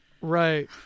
Right